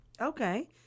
okay